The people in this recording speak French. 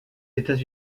états